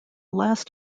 last